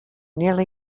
nearly